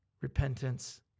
repentance